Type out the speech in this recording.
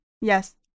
Yes